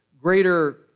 greater